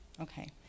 Okay